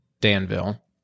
Danville